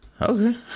Okay